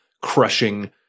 crushing